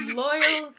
loyal